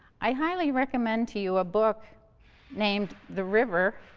i highly recommend to you a book named the river,